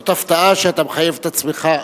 זאת הפתעה שאתה מחייב את עצמך.